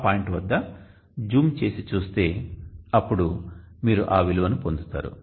ఆ పాయింట్ వద్ద జూమ్ చేసి చూస్తే అప్పుడు మీరు ఆ విలువను పొందుతారు